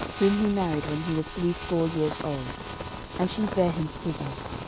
whom he married when he was threescore years old and she bare him segub.